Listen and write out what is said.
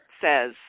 says